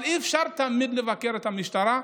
אבל אי-אפשר תמיד לבקר את המשטרה,